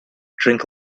drink